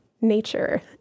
nature